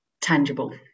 tangible